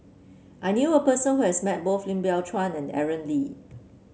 I knew a person who has met both Lim Biow Chuan and Aaron Lee